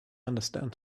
understand